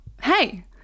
hey